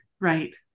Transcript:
right